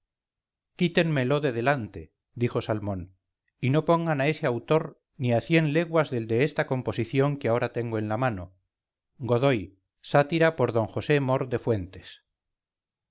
quítenmelo de delante dijo salmón y no pongan a ese autor ni a cien leguas del de esta composición que ahora tengo en la mano godoy sátira por d josé mor de fuentes